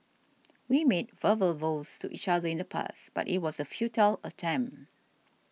we made verbal vows to each other in the past but it was a futile attempt